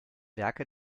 werke